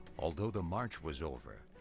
although the march was over,